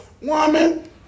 Woman